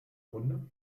runde